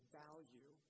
value